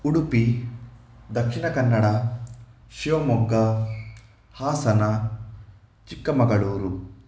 Udupi Dakshina Kannada Shivamogga Hassan Chikkamagaluru